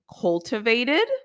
cultivated